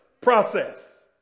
Process